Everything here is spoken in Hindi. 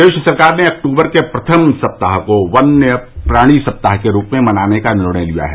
प्रदेश सरकार ने अक्टूबर के प्रथम सप्ताह को वन्य प्राणी सप्ताह के रूप में मनाने का निर्णय लिया है